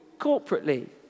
corporately